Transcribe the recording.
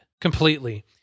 completely